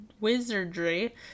wizardry